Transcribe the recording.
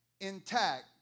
intact